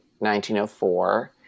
1904